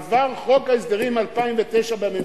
עבר חוק ההסדרים 2009 בממשלה.